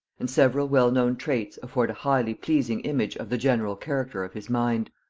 and several well-known traits afford a highly pleasing image of the general character of his mind.